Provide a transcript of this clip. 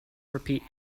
repeat